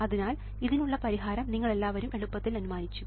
അതിനാൽ ഇതിനുള്ള പരിഹാരം നിങ്ങളെല്ലാവരും എളുപ്പത്തിൽ അനുമാനിച്ചു